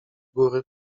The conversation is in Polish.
góry